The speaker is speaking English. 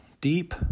deep